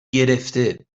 گرفته